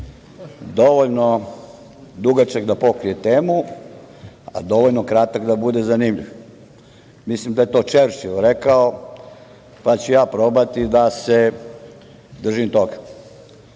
dovoljno dugačak da pokrije temu, a dovoljno kratak da bude zanimljiv. Mislim da je to Čerčil rekao, pa ću ja probati da se držim toga. Odmah